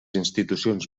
institucions